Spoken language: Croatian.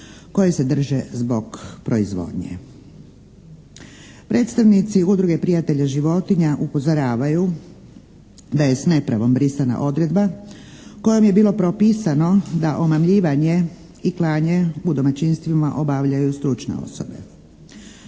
koje se drže zbog proizvodnje. Predstavnici Udruge prijatelja životinja upozoravaju da je s nepravom brisana odredba kojom je bilo propisano da omamljivanje i klanje u domaćinstvima obavljaju stručne osobe.